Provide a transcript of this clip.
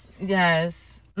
Yes